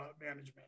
management